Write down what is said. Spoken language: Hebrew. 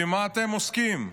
במה אתם עוסקים?